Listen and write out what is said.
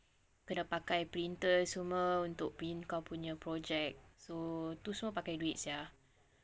kena pakai printers semua untuk print kau punya project so tu semua pakai duit sia